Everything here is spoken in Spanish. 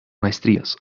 maestrías